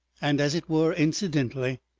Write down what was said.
and as it were incidentally,